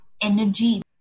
energy